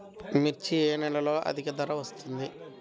మిర్చి ఏ నెలలో అధిక ధర వస్తుంది?